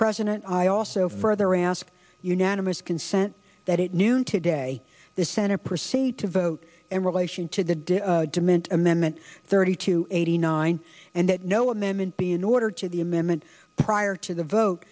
president i also further asked unanimous consent that it noon today the senate proceed to vote in relation to the day demand amendment thirty two eighty nine and no amendment be in order to the amendment prior to the vote